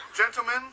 Gentlemen